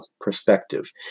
perspective